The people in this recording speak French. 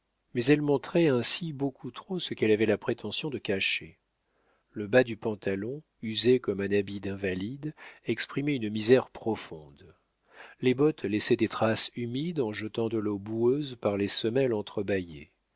mais elle montrait ainsi beaucoup trop ce qu'elle avait la prétention de cacher le bas du pantalon usé comme un habit d'invalide exprimait une misère profonde les bottes laissaient des traces humides en jetant de l'eau boueuse par les semelles